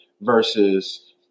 versus